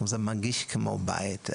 זה מרגיש כמו בית,